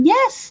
Yes